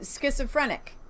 schizophrenic